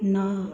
ନଅ